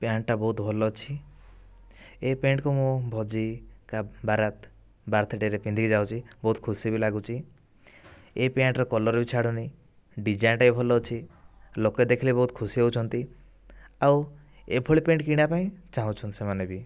ପ୍ୟାଣ୍ଟଟା ବହୁତ ଭଲ ଅଛି ଏ ପ୍ୟାଣ୍ଟକୁ ମୁ ଭୋଜି ବାରାତ ବାର୍ଥ ଡେରେ ପିନ୍ଧିକି ଯାଉଛି ବହୁତ ଖୁସି ବି ଲାଗୁଚି ଏ ପ୍ୟାଣ୍ଟର କଲର ବି ଛାଡ଼ୁନି ଡିଜାଇନଟା ବି ଭଲ ଅଛି ଲୋକେ ଦେଖିଲେ ବହୁତ ଖୁସି ହଉଛନ୍ତି ଆଉ ଏଭଳି ପ୍ୟାଣ୍ଟ କିଣିବା ପାଇଁ ଚାହୁଁଛନ୍ତି ସେମାନେ ବି